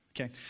Okay